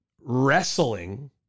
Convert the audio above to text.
wrestling